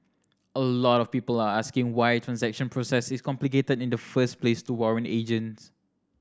a lot of people are asking why transaction process is complicated in the first place to warrant agents